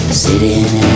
sitting